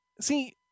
see